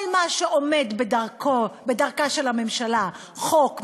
כל מה שעומד בדרכה של הממשלה: חוק,